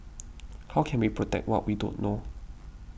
how can we protect what we don't know